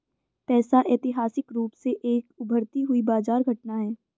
पैसा ऐतिहासिक रूप से एक उभरती हुई बाजार घटना है